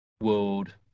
world